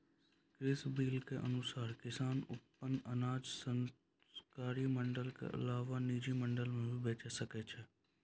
कृषि बिल के अनुसार किसान अप्पन अनाज सरकारी मंडी के अलावा निजी मंडी मे भी बेचि सकै छै